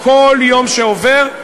כל יום שעובר,